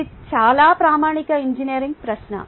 ఇది చాలా ప్రామాణిక ఇంజనీరింగ్ ప్రశ్న